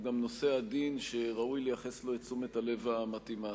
הוא גם נושא עדין שראוי לייחס לו את תשומת הלב המתאימה.